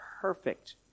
perfect